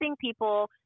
people